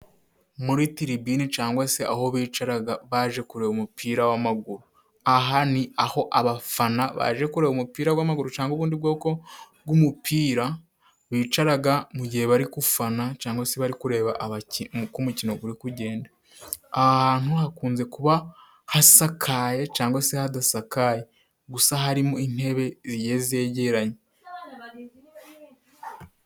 Muri tiribine cangwa se aho bicaraga baje kureba umupira w'amaguru. Aha ni aho abafana baje kureba umupira w'amaguru cangwa ubundi bwoko bw'umupira bicaraga mu gihe bari gufana cyangwa se bari kureba uko umukino guri kugenda. Aha ahantu hakunze kuba hasakaye cangwa se hadasakaye gusa harimo intebe zegiye zegeranye.